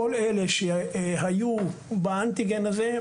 כל אלה שהיו באנטיגן הזה,